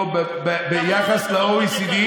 אתה בורר אילו חובות הם יקרים,